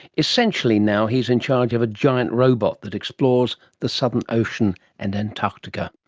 essentially now he's in charge of a giant robot that explores the southern ocean and antarctica.